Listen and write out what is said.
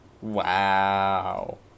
Wow